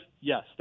Yes